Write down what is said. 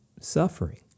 suffering